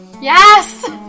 Yes